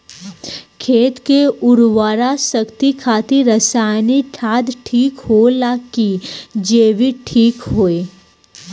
खेत के उरवरा शक्ति खातिर रसायानिक खाद ठीक होला कि जैविक़ ठीक होई?